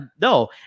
No